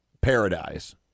paradise